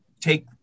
take